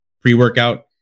pre-workout